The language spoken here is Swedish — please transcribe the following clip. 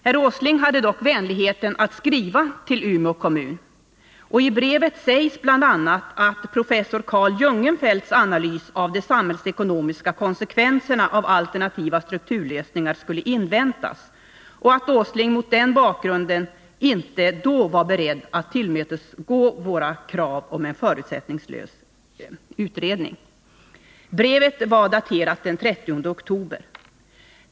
Herr Åsling hade dock vänligheten att skriva till Umeå kommun. I brevet sägs bl.a. att professor Karl Jungenfelts analys av de samhällsekonomiska konsekvenserna av alternativa strukturlösningar skulle inväntas och att herr Åsling mot den bakgrunden inte då var beredd att tillmötesgå våra krav på en förutsättningslös utredning. Brevet var daterat den 30 oktober.